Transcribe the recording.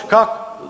Kako?